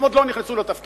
הם עוד לא נכנסו לתפקיד,